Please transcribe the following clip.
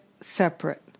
separate